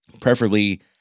preferably